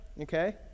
Okay